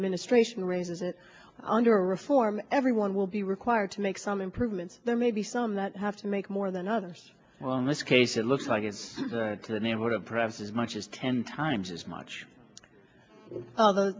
administration raises it under reform everyone will be required to make some improvements there may be some that have to make more than others well in this case it looks like it's a neighborhood of perhaps as much as ten times as much